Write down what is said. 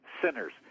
Sinners